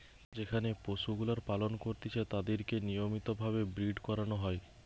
যেখানে পশুগুলার পালন করতিছে তাদিরকে নিয়মিত ভাবে ব্রীড করানো হয়